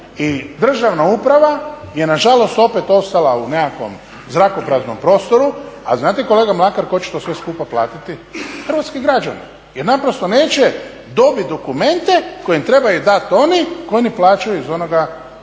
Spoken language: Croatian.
I državna uprava je nažalost opet ostala u nekakvom zrakopraznom prostoru, a znate kolega Mlakar tko će to sve skupa platiti? Hrvatski građani. Jer naprosto neće dobiti dokumente koje im trebaju dati oni koji ne plaćaju iz onoga